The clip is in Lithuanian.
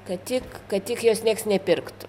kad tik kad tik jos nieks nepirktų